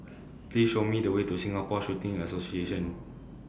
Please Show Me The Way to Singapore Shooting Association